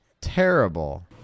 terrible